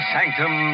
Sanctum